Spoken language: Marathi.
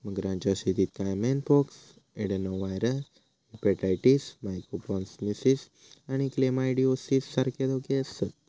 मगरांच्या शेतीत caiman pox, adenoviral hepatitis, mycoplasmosis आणि क्लेमायडिओसिस सारखे धोके आसतत